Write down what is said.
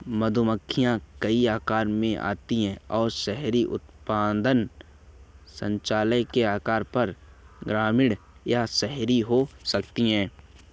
मधुमक्खियां कई आकारों में आती हैं और शहद उत्पादन संचालन के आधार पर ग्रामीण या शहरी हो सकती हैं